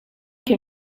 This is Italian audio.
che